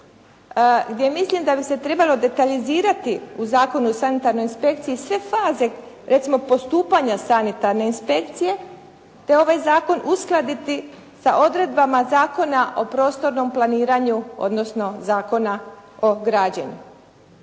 gdje mislim da bi se trebalo detaljizirati u Zakonu o sanitarnoj inspekciji sve faze recimo postupanja sanitarne inspekcije te ovaj zakon uskladiti sa odredbama Zakona o prostornom planiranju odnosno Zakona o građenju.